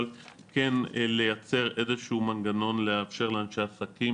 אבל כן לייצר איזה שהוא מנגנון לאפשר לאנשי עסקים